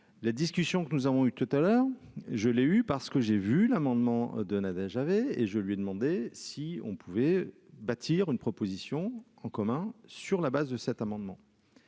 La discussion que nous avons eu tout à l'heure, je l'ai eue parce que j'ai vu l'amendement de Nadège avait et je lui ai demandé si on pouvait bâtir une proposition en commun sur la base de cet amendement